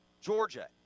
Georgia